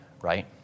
Right